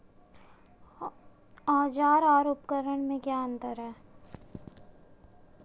औज़ार और उपकरण में क्या अंतर है?